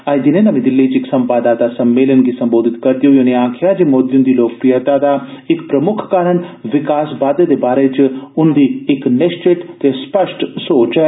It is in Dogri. अज्ज दिने नमी दिल्ली च इक संवाददाता सम्मेलन गी संबोधत करदे होई उनें आक्खेआ जे मोदी हुंदी लोकप्रियता दा इक प्रमुक्ख कारण विकास वाद्दे दे बारे उंदी इक निश्चत सोच ऐ